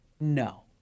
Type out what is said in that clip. no